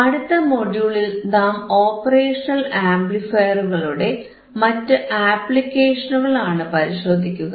അടുത്ത മൊഡ്യൂളിൽ നാം ഓപ്പറേഷണൽ ആംപ്ലിഫയറുകളുടെ മറ്റ് ആപ്ലിക്കേഷനുകൾ ആണ് പരിശോധിക്കുക